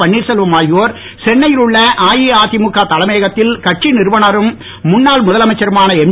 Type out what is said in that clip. பன்னீர்செல்வம் ஆகியோர் சென்னையில் உள்ள அஇஅதிமுக தலையகத்தில் கட்சி நிறுவனரும் முன்னாள் முதலமைச்சருமான எம்